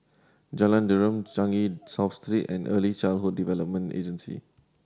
Jalan Derum Changi South Street and Early Childhood Development Agency